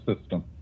System